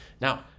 now